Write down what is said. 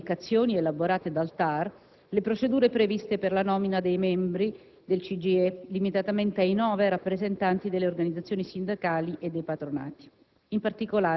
secondo le indicazioni elaborate dal TAR, le procedure previste per la nomina dei membri del CGIE limitatamente ai nove rappresentanti delle organizzazioni sindacali e dei patronati.